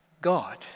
God